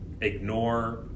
Ignore